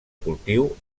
cultiu